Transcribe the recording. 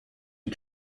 une